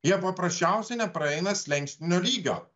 jie paprasčiausiai nepraeina slenkstinio lygio